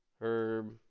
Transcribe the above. Herb